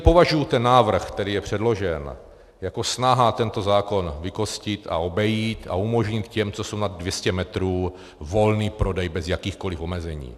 Považuji tedy ten návrh, který je předložen, jako snahu tento zákon vykostit, obejít a umožnit těm, co jsou nad 200 metrů, volný prodej bez jakýchkoli omezení.